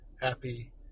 happy